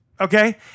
Okay